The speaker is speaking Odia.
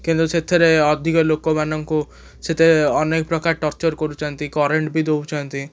କିନ୍ତୁ ସେଥିରେ ଅଧିକ ଲୋକମାନଙ୍କୁ ସେତେ ଅନେକପ୍ରକାର ଟର୍ଚର୍ କରୁଛନ୍ତି କରେଣ୍ଟ୍ ବି ଦେଉଛନ୍ତି